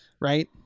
right